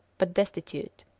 but destitute.